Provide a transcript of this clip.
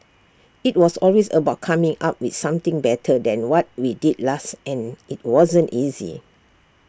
IT was always about coming up with something better than what we did last and IT wasn't easy